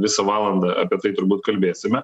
visą valandą apie tai turbūt kalbėsime